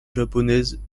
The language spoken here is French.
japonaise